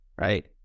right